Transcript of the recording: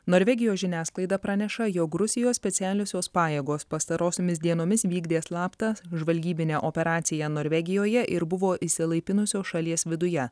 norvegijos žiniasklaida praneša jog rusijos specialiosios pajėgos pastarosiomis dienomis vykdė slaptą žvalgybinę operaciją norvegijoje ir buvo išsilaipinusios šalies viduje